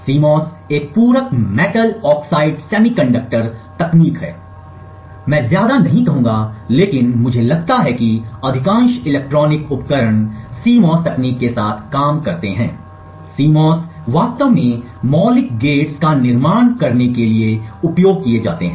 CMOS एक पूरक metal oxide semiconductor तकनीक है और मैं ज्यादा नहीं कहूंगा लेकिन मुझे लगता है कि अधिकांश इलेक्ट्रॉनिक उपकरण CMOS तकनीक के साथ काम करते हैं CMOS वास्तव में मौलिक गेट का निर्माण करने के लिए उपयोग किया जाएगा